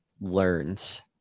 learns